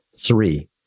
Three